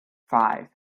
five